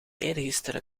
eergisteren